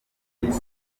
mateka